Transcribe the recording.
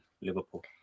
Liverpool